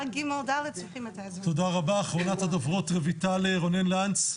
אחרונת הדוברות, רביטל רונן-לנץ.